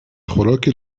خوراک